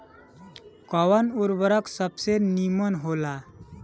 कवन उर्वरक सबसे नीमन होला?